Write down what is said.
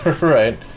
Right